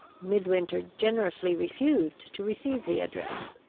midwinter generously refused to receive the address.